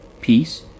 peace